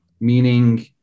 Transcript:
meaning